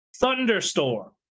Thunderstorm